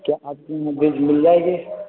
کیا آپ کے یہاں بیج مل جائے گی